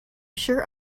sure